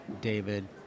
David